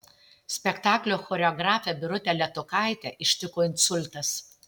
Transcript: spektaklio choreografę birutę letukaitę ištiko insultas